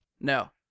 No